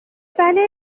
بله